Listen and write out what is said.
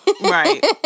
Right